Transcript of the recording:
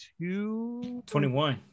21